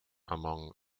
among